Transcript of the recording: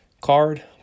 card